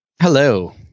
Hello